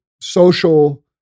social